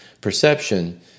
perception